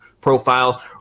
profile